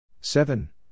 seven